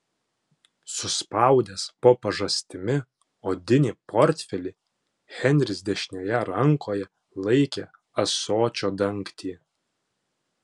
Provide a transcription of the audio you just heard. suspaudęs po pažastimi odinį portfelį henris dešinėje rankoje laikė ąsočio dangtį